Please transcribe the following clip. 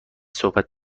صحبت